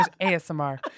ASMR